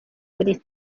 kuri